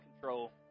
control